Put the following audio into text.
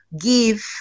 give